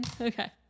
Okay